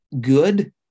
good